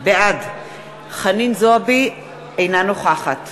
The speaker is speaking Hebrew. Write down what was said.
בעד חנין זועבי, אינה נוכחת